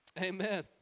Amen